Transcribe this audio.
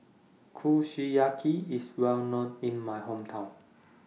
Kushiyaki IS Well known in My Hometown